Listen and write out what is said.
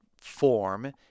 form